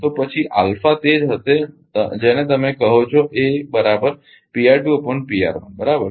તો પછી આલ્ફા તે જ હશે જેને તમે કહો છો બરાબર